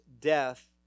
death